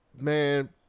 Man